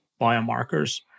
biomarkers